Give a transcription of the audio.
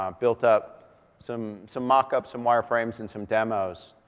um built up some some mock-ups, some wire-frames, and some demos,